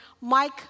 Mike